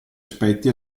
aspetti